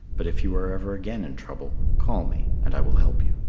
but if you are ever again in trouble, call me and i will help you.